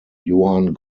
johann